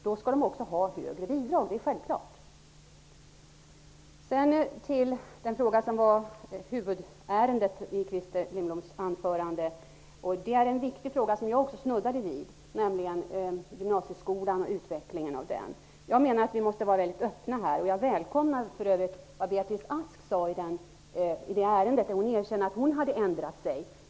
Då skall de också ha högre bidrag, det är självklart. Till den fråga som var huvudärendet i Christer Lindbloms anförande. Det är en viktig fråga som jag också snuddade vid, nämligen den som berör gymnasieskolan och utvecklingen av den. Jag menar att vi måste vara väldigt öppna, och jag välkomnar för övrigt vad Beatrice Ask sade i det ärendet. Hon erkände att hon hade ändrat sig.